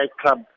club